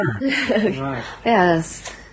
Yes